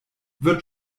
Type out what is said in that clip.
wird